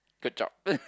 good job